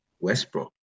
Westbrook